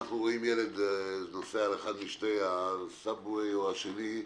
אם אנחנו רואים ילד נוסע על אחד - מהסאגווי או רכינוע,